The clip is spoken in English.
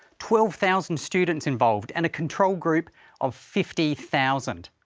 twelve thousand students involved and a control group of fifty thousand.